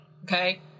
Okay